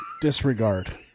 Disregard